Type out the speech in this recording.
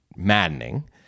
Maddening